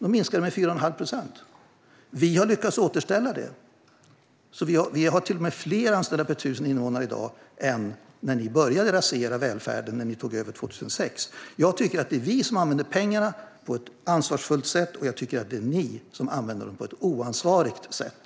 De minskade med 4 1⁄2 procent. Vi har lyckats återställa detta. Vi har till och med fler anställda per tusen invånare i dag än det var när ni började rasera välfärden när ni tog över 2006, Emma Henriksson. Jag tycker att det är vi som använder pengarna på ett ansvarsfullt sätt, och jag tycker att det är ni som använder dem på ett oansvarigt sätt.